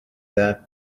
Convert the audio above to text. that